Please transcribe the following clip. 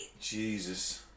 Jesus